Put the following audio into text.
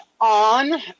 on